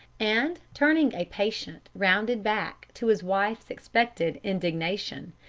and turning a patient, rounded back to his wife's expected indignation,